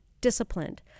disciplined